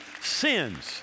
sins